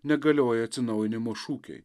negalioja atsinaujinimo šūkiai